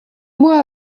moi